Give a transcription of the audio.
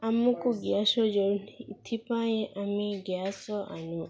ଆମକୁ ଗ୍ୟାସର ଜରୁରୀ ଏଥିପାଇଁ ଆମେ ଗ୍ୟାସ ଆନୁ